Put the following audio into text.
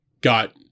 got